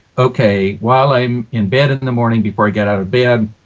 okay, while i'm in bed in the morning before i get out of bed,